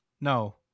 No